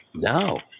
No